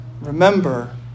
Remember